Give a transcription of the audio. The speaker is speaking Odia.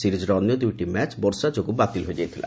ସିରିଜ୍ର ଅନ୍ୟ ଦୁଇଟି ମ୍ୟାଚ୍ ବର୍ଷା ଯୋଗୁଁ ବାତିଲ ହୋଇଯାଇଥିଲା